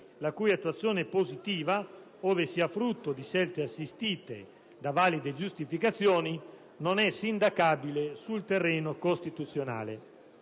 la cui attuazione positiva, ove sia frutto di scelte assistite da valide giustificazioni, non è sindacabile sul terreno costituzionale».